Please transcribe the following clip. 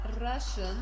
Russian